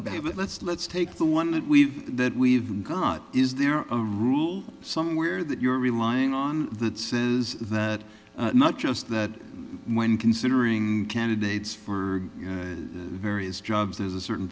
about it let's let's take the one that we've that we've got is there a rule somewhere that you're relying on that says that not just that when considering candidates for various jobs there's a certain